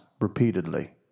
repeatedly